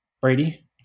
Brady